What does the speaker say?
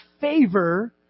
favor